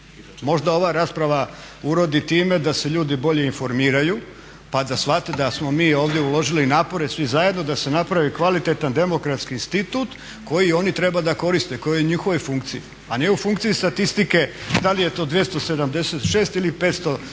Možda ova rasprava urodi time da se ljudi bolje informiraju pa da shvate da smo mi ovdje uložili napore svi zajedno da se napravi kvalitetan demokratski institut koji oni treba da koriste, koji je u njihovoj funkciji a ne u funkciji statistike da li je to 276 ili 500